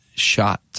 shot